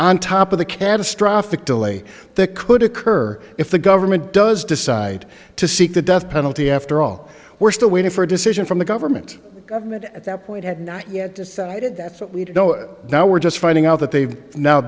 on top of the catastrophic delay that could occur if the government does decide to seek the death penalty after all we're still waiting for a decision from the government government at that point had not yet decided that's what we know now we're just finding out that they've now